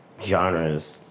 genres